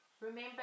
remember